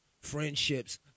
friendships